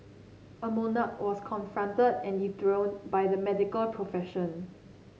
a monarch was confronted and dethroned by the medical profession